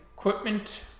Equipment